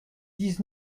dix